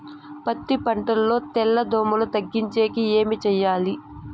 పత్తి పంటలో తెల్ల దోమల తగ్గించేకి ఏమి చేయాలి?